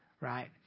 right